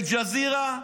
אל-ג'זירה,